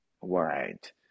Right